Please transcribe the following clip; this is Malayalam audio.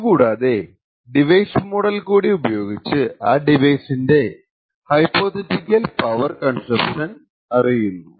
ഇതുകൂടാതെ ഡിവൈസ് മോഡൽ കൂടി ഉപയോഗിച്ച് ആ ഡിവൈസിന്റെ ഹൈപോതെറ്റിക്കൽ പവർ കൺസംപ്ഷൻ അറിയുന്നു